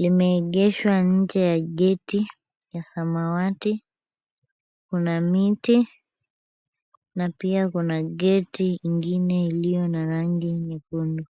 Limeegeshwa nje ya gate ya samawati. Kuna miti na pia kuna gate ingine iliyo na rangi nyekundu.